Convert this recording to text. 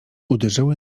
uderzyły